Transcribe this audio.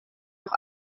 auch